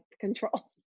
control